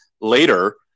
later